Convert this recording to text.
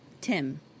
Tim